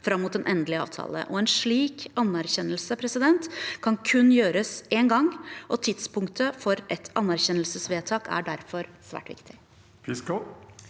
fram mot en endelig avtale. En slik anerkjennelse kan kun gjøres én gang, og tidspunktet for et anerkjennelsesvedtak er derfor svært viktig.